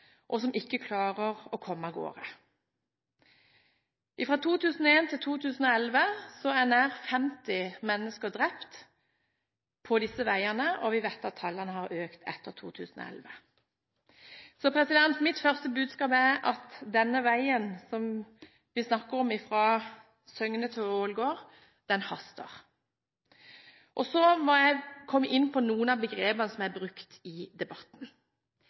og som ikke klarte å komme av gårde. Fra 2001 til 2011 er nær 50 mennesker drept på disse veiene, og vi vet at tallene har økt etter 2011. Så mitt første budskap er: Denne veien som vi snakker om, Søgne–Ålgård, haster. Så må jeg komme inn på noen av begrepene som er brukt i debatten.